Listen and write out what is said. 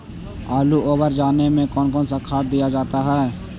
आलू ओवर जाने में कौन कौन सा खाद दिया जाता है?